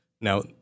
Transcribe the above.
Now